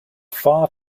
far